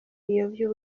biyobya